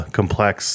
complex